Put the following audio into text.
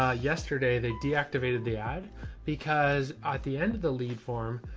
ah yesterday they deactivated the ad because at the end of the lead form,